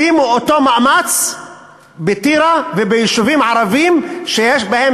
שימו אותו מאמץ בטירה וביישובים ערביים שיש בהם,